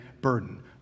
burden